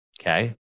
Okay